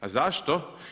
A zašto?